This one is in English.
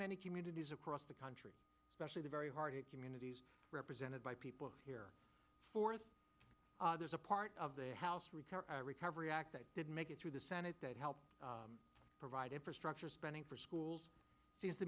many communities across the country especially the very hard hit communities represented by people here for the there's a part of the house repair recovery act that did make it through the senate that helped provide infrastructure spending for schools these to